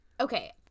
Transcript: okay